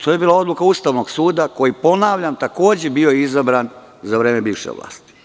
To je bila odluka Ustavnog suda koji je, ponavljam, takođe bio izabran za vreme bivše vlasti.